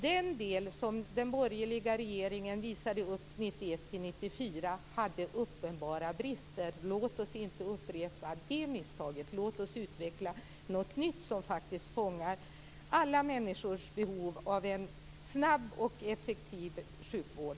Den del som den borgerliga regeringen visade upp 1991-1994 hade uppenbara brister. Låt oss inte upprepa det misstaget. Låt oss utveckla något nytt som faktiskt fångar upp alla människors behov av en snabb och effektiv sjukvård.